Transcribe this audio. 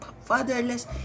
fatherless